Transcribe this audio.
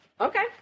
Okay